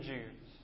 Jews